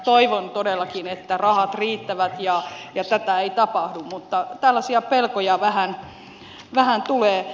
toivon todellakin että rahat riittävät ja tätä ei tapahdu mutta tällaisia pelkoja vähän tulee